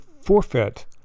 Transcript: forfeit